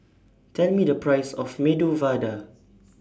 Tell Me The Price of Medu Vada